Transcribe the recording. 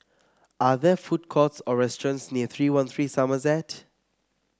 are there food courts or restaurants near three one three Somerset